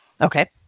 Okay